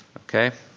okay,